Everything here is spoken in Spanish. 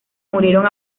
murieron